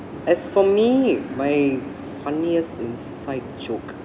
as for me my funniest inside joke